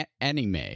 anime